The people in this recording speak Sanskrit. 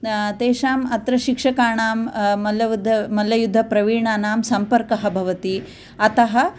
तेषाम् अत्र शिक्षकाणां मल्लयुद्ध मल्लयुद्धप्रवीणानां सम्पर्कः भवति अतः